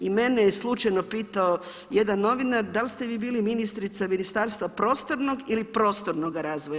I mene je slučajno pitao jedan novinar da li ste vi bili ministrica ministarstva prostornog ili prostornoga razvoja.